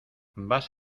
vas